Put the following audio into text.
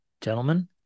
gentlemen